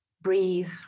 breathe